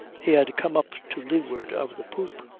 he had come up to leeward of the poop,